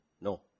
no